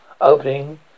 opening